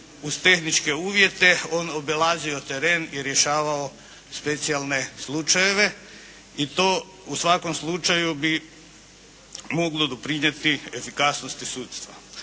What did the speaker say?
uz tehničke uvjete on obilazio teren i rješavao specijalne slučajeve i to u svakom slučaju bi moglo doprinijeti efikasnosti sudstva.